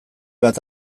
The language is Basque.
bat